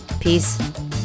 Peace